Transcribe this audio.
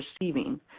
receiving